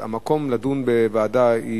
המקום לדון הוא בוועדה,